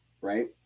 right